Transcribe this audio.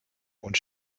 und